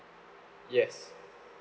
yes